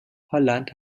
holland